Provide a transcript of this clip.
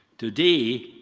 today,